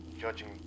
judging